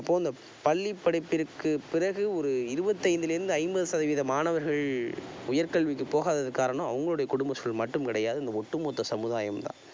அப்போது அந்தப் பள்ளி படிப்பிற்கு பிறகு ஒரு இருபத்தைந்தில் இருந்து ஐம்பது சதவீத மாணவர்கள் உயர்கல்விக்கு போகாததுக்கு காரணம் அவங்களுடைய குடும்பச் சூழல் மட்டும் கிடையாது இந்த ஒட்டுமொத்த சமுதாயமும் தான்